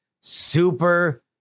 Super